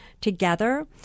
together